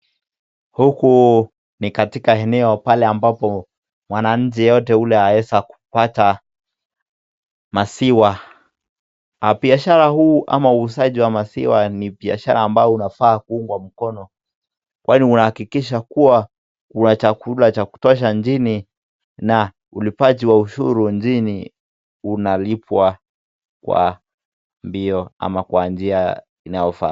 Huku ni katika eneo pale ambapo mwananchi yeyote yule anaweza pata maziwa. Biashara huu ama uuzaji wa maziwa ni biashara ambao unafaa kuungwa mkono kwani unahakikisha kuwa kuna chakula cha kutosha nchini na ulipaji wa ushuru nchini unalipwa kwa mbio ama kwa njia inayofaa.